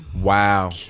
wow